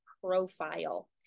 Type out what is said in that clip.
profile